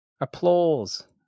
applause